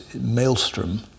maelstrom